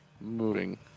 moving